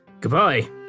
goodbye